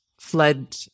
fled